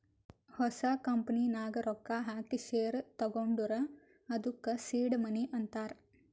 ಹೊಸ ಕಂಪನಿ ನಾಗ್ ರೊಕ್ಕಾ ಹಾಕಿ ಶೇರ್ ತಗೊಂಡುರ್ ಅದ್ದುಕ ಸೀಡ್ ಮನಿ ಅಂತಾರ್